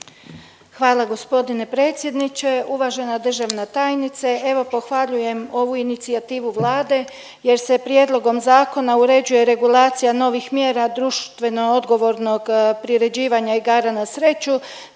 Hvala g. predsjedniče, uvažena državna tajnice. Evo, pohvaljujem ovu inicijativu Vlade jer se prijedlogom zakona uređuje regulacija novih mjera društveno odgovornog priređivanja igara na sreću